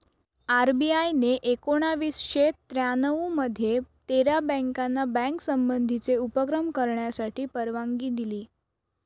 RBI ने एकोणावीसशे त्र्यानऊ मध्ये तेरा बँकाना बँक संबंधीचे उपक्रम करण्यासाठी परवानगी दिली